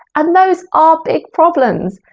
and those are big problems,